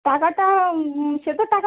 টাকাটা সে তো টাকা